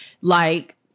like-